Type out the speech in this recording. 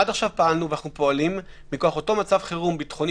עד עכשיו פעלנו ואנחנו פועלים מכוח אותו מצב חירום ביטחוני